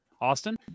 Austin